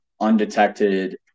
undetected